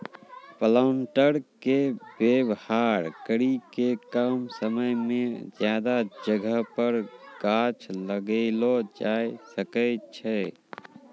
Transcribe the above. planter के वेवहार करी के कम समय मे ज्यादा जगह पर गाछ लगैलो जाय सकै छै